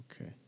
Okay